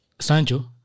Sancho